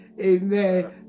amen